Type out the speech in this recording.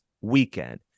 weekend